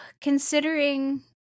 considering